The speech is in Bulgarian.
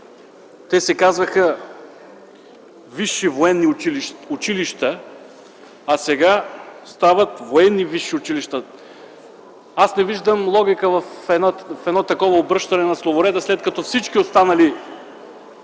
те се казваха „висши военни училища”, а сега стават „военни висши училища”. Аз не виждам логика в едно такова обръщане на словореда, след като във всички останали